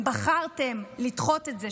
ואתם בחרתם לדחות את זה,